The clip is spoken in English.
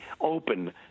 open